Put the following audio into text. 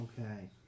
Okay